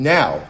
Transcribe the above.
Now